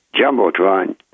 jumbotron